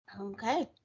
Okay